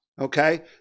okay